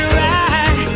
right